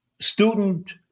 student